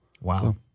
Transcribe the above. Wow